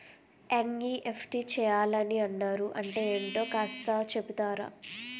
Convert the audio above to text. NEFT చేయాలని అన్నారు అంటే ఏంటో కాస్త చెపుతారా?